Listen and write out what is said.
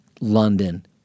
London